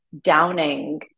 downing